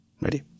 ready